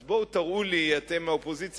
אז בואו תראו לי, אתם האופוזיציה.